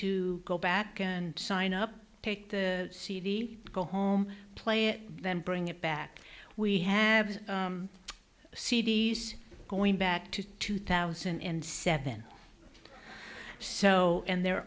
to go back and sign up take the cd go home play it then bring it back we have c d s going back to two thousand and seven so and they're